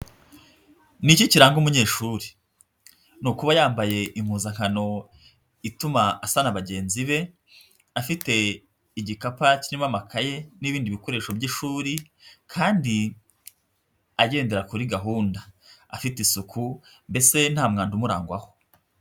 Ni iki kiranga umunyeshuri? ni ukuba yambaye impuzankano ituma asa na bagenzi be, afite igikapu kirimo amakaye n'ibindi bikoresho by'ishuri kandi agendera kuri gahunda, afite isuku mbese nta mwanda umurangwaho.